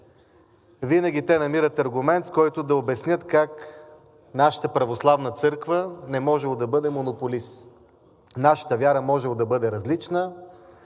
Винаги те намират аргумент, с който да обяснят как нашата православна църква не можело да бъде монополист. Нашата вяра можело да бъде различна,